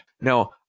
Now